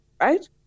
right